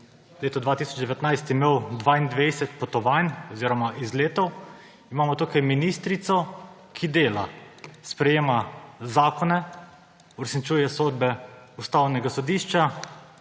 letu 2019, imel 22 potovanj oziroma izletov, imamo tukaj ministrico, ki dela, sprejema zakone, uresničuje sodbe Ustavnega sodišča